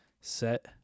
set